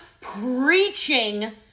preaching